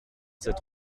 sept